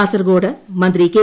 കാസർഗോഡു മന്ത്രി കെ